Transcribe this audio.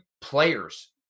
players